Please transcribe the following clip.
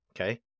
Okay